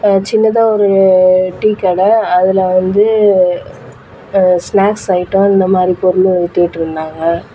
சின்னதாக ஒரு டீக்கடை அதில் வந்து ஸ்நாக்ஸ் ஐட்டம் இந்தமாதிரி பொருள் விற்றுகிட்ருந்தாங்க